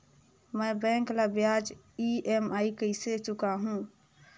मैं बैंक ला ब्याज ई.एम.आई कइसे चुकाहू?